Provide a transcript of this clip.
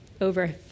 over